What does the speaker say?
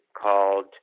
called